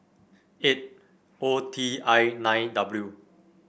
eight O T I nine W